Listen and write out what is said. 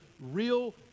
real